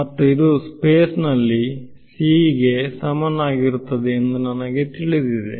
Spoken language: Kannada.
ಮತ್ತು ಇದು ಸ್ಪೇಸ್ ನಲ್ಲಿ c ಗೆ ಸಮನಾಗಿರುತ್ತದೆ ಎಂದು ನನಗೆ ತಿಳಿದಿದೆ